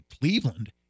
Cleveland